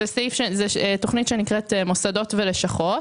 זה תוכנית שנקראת "מוסדות ולשכות".